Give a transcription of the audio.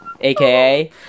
AKA